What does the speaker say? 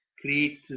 create